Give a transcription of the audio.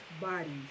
bodies